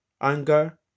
anger